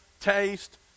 taste